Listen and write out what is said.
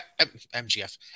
MGF